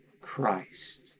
Christ